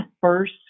first